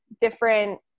different